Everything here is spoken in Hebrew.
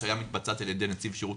ההשעיה מתבצעת על ידי נציב שירות